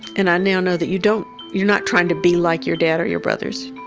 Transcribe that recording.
and i now know that you don't, you're not trying to be like your dad or your brothers.